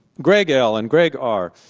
greg l and greg r.